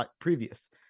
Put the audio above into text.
previous